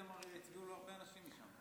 הצביעו לו הרבה אנשים משם.